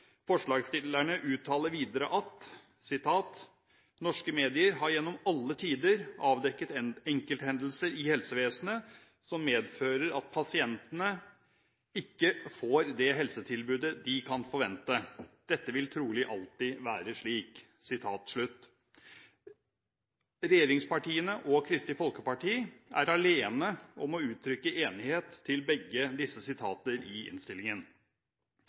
Forslagsstillerne uttaler videre: «Norske medier har gjennom alle tider avdekket enkelthendelser i helsevesenet som medfører at pasientene ikke får det helsetilbudet de kan forvente. Dette vil trolig alltid være slik.» Regjeringspartiene og Kristelig Folkeparti er alene om å uttrykke enighet til begge disse sitater i innstillingen.